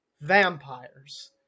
vampires